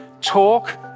talk